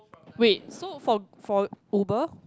wait so for for Uber